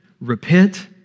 repent